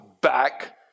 back